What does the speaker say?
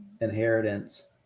inheritance